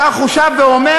כך הוא שב ואומר,